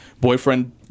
boyfriend